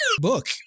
book